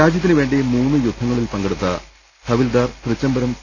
രാജൃത്തിനുവേണ്ടി മൂന്ന് യുദ്ധങ്ങളിൽ പങ്കെടുത്ത ഹവിൽദാർ തൃച്ചംബരം സി